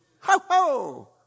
Ho-ho